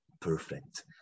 perfect